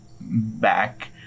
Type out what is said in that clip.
back